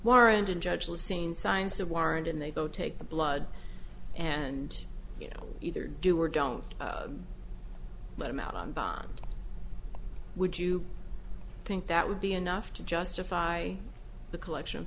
warrant in judge was seen signs of warrant and they go take the blood and you know either do or don't let him out on bond would you think that would be enough to justify the collection of